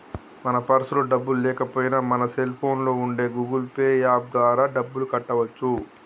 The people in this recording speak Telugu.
మన పర్సులో డబ్బులు లేకపోయినా మన సెల్ ఫోన్లో ఉండే గూగుల్ పే యాప్ ద్వారా డబ్బులు కట్టవచ్చు